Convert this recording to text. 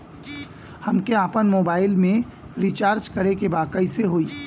हमके आपन मोबाइल मे रिचार्ज करे के बा कैसे होई?